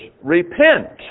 repent